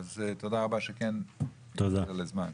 אז תודה רבה שכן נתת לזה זמן.